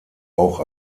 auch